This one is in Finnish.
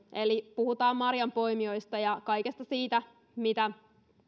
eli puhutaan marjanpoimijoista ja kaikesta siitä mitä tuolla